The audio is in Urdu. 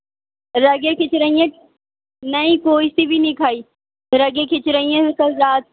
رگیں کھینچ رہی ہیں نہیں کوئی سی بھی نہیں کھائی رگیں کھینچ رہی ہیں کل رات سے